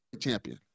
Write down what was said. champion